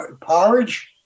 Porridge